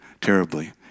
terribly